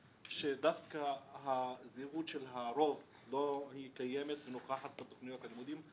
שדווקא הזהות של הרוב לא קיימת ונוכחת בתוכניות הלימודים.